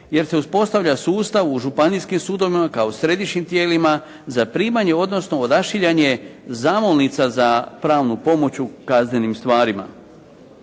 jer se uspostavlja sustav u županijskim sudovima kao središnjim tijelima za primanje, odnosno odašiljanje zamolnica za pravnu pomoć u kaznenim stvarima.